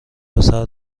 پسر